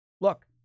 Look